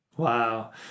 Wow